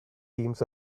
teams